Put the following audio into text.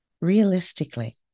Realistically